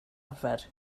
arfer